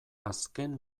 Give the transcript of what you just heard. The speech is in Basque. azken